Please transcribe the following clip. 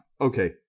Okay